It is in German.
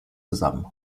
zusammen